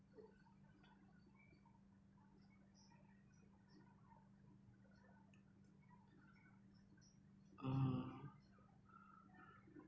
uh